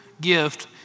gift